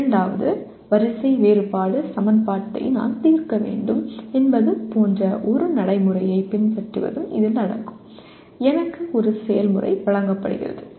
இரண்டாவது வரிசை வேறுபாடு சமன்பாட்டை நான் தீர்க்க வேண்டும் என்பது போன்ற ஒரு நடைமுறையைப் பின்பற்றுவதும் இதில் அடங்கும் எனக்கு ஒரு செயல்முறை வழங்கப்படுகிறது